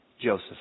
Joseph